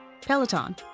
Peloton